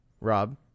Rob